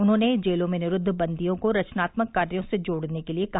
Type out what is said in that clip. उन्होंने जेलों में निरूद्व बंदियों को रचनात्मक कार्यो से जोड़ने के लिये कहा